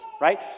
right